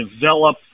develop